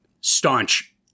staunch